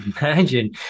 imagine